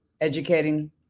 educating